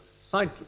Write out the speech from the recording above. side